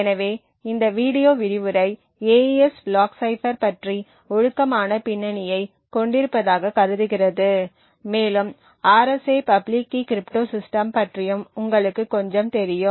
எனவே இந்த வீடியோ விரிவுரை AES பிளாக் சைபர் பற்றி ஒழுக்கமான பின்னணியைக் கொண்டிருப்பதாகக் கருதுகிறது மேலும் RSA பப்ளிக் கீ கிரிப்டோசிஸ்டம் பற்றியும் உங்களுக்கு கொஞ்சம் தெரியும்